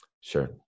Sure